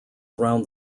around